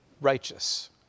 righteous